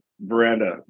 veranda